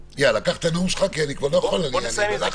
הבעיה שלי היא עם המדיניות שהכתיבו לך כדי שתוציאי את התוכנית הזאת.